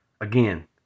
Again